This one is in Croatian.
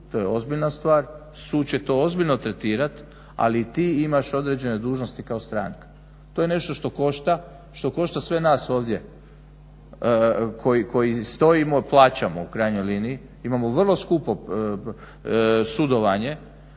to je ozbiljna stvar. Sud će to ozbiljno tretirati, ali ti imaš određene dužnosti kao stranka. To je nešto što košta. Što košta sve nas ovdje koji stojimo, plaćamo u krajnjoj liniji, imamo vrlo skupo sudovanje